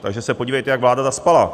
Takže se podívejte, jak vláda zaspala.